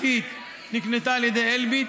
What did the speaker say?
ונקנתה על ידי אלביט,